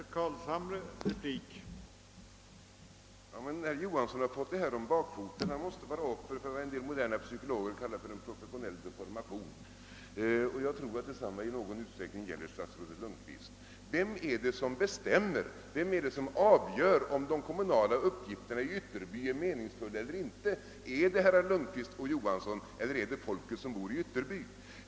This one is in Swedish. Herr talman! Herr Johansson har fått detta om bakfoten. Han måste vara offer för vad en del moderna psykologer kallar för en professionell deformation. Jag tror att detsamma i någon utsträckning gäller statsrådet Lundkvist. Vem är det som avgör om de kommunala uppgifterna i Ytterby är meningsfulla? Är det herrar Lundkvist och Johansson, eller är det folket som bor i Ytterby?